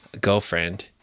girlfriend